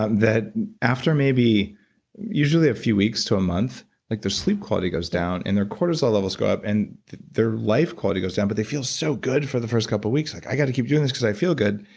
that after maybe usually a few weeks to a month like their sleep quality goes down and their cortisol levels go up and their life quality goes down, but they feel so good for the first couple of weeks, like, i got to keep doing this because i feel good,